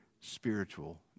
spiritual